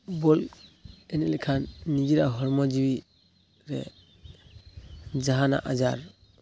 ᱵᱚᱞ ᱮᱱᱮᱡ ᱞᱮᱠᱷᱟᱱ ᱱᱤᱡᱮᱨᱟᱜ ᱦᱚᱲᱢᱚ ᱡᱤᱣᱤᱨᱮ ᱡᱟᱦᱟᱱᱟᱜ ᱟᱡᱟᱨ